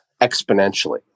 exponentially